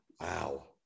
Wow